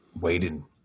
waiting